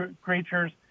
creatures